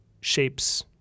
shapes